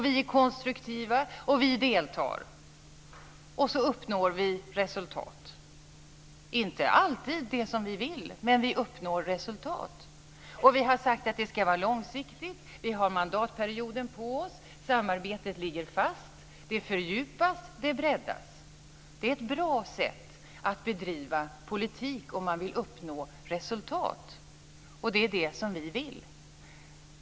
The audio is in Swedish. Vi är konstruktiva, vi deltar, och så uppnår vi resultat. Det är inte alltid det vi vill, men vi uppnår resultat. Vi har sagt att det hela ska vara långsiktigt. Vi har mandatperioden på oss. Samarbetet ligger fast, och det fördjupas och breddas. Detta är ett bra sätt att bedriva politik om man vill uppnå resultat - och det är det som vi vill.